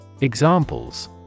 Examples